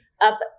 up